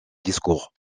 discours